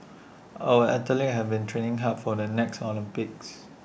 our athletes have been training hard for the next Olympics